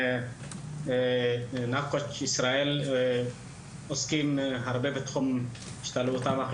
אנחנו עוסקים הרבה בתחום השתלבות בני